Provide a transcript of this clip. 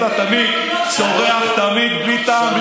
אתה תמיד צורח בלי טעם,